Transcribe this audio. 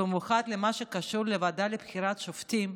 במיוחד במה שקשור לוועדה לבחירת שופטים,